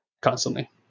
constantly